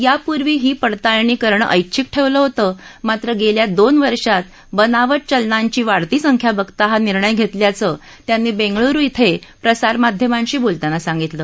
यापूर्वी हि पडताळणी करण ऐचिछक ठेवलं होतं मात्र गेल्या दोन वर्षात बनावट चलनांची वाढती संख्या बघता हा निर्णय घेतल्याच त्यांनी बेंगळुरू इथं प्रसारमाध्यमांशी बोलताना सांगितलं